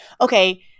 okay